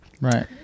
right